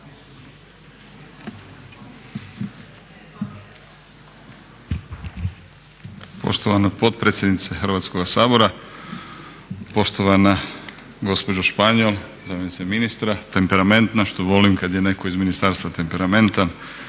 Poštovana potpredsjednice Hrvatskoga sabora. Poštovana gospođo Španjol, zamjenice ministra, temperamentna. Što volim kad je netko iz ministarstva temperamentan